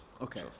Okay